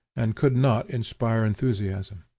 and could not inspire enthusiasm.